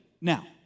Now